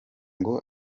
ngo